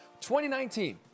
2019